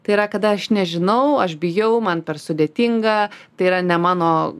tai yra kada aš nežinau aš bijau man per sudėtinga tai yra ne mano